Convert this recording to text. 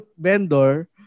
vendor